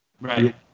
Right